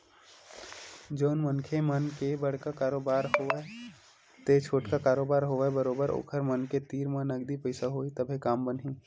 जउन मनखे मन के बड़का कारोबार होवय ते छोटका कारोबार होवय बरोबर ओखर मन के तीर म नगदी पइसा होही तभे काम बनही